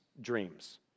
dreams